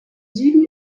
süden